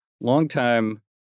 longtime